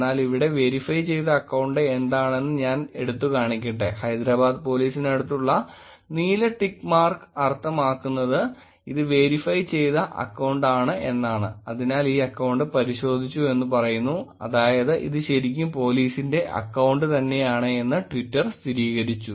എന്നാൽ ഇവിടെ വെരിഫൈ ചെയ്ത അക്കൌണ്ട് എന്താണെന്ന് ഞാൻ എടുത്തുകാണിക്കട്ടെ ഹൈദരാബാദ് പോലീസിനടുത്തുള്ള നീല ടിക്ക് മാർക്ക് അർത്ഥമാക്കുന്നത് ഇത് വെരിഫൈ ചെയ്ത അക്കൌണ്ട് ആണ് എന്നാണ് അതിനാൽ ഈ അക്കൌണ്ട് പരിശോധിച്ചു എന്ന് പറയുന്നു അതായത് ഇത് ശരിക്കും പോലീസിന്റെ അക്കൌണ്ട് തന്നെയാണെന്ന് ട്വിറ്റർ സ്ഥിരീകരിച്ചു